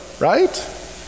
right